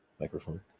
Microphone